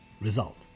result